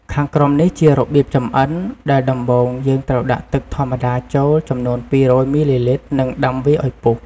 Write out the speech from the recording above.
ខាងក្រោមនេះ ជារបៀបចម្អិន ដែលដំបូងយើងត្រូវដាក់ទឹកធម្មតាចូលចំនួន២០០មីលីលីត្រ និងដាំវាឱ្យពុះ។